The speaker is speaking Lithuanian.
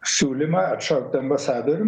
siūlymą atšaukt ambasadorių